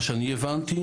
מה שאני הבנתי,